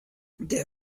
der